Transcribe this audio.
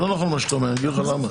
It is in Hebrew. לא נכון מה שאתה אומר, ואני אגיד לך למה.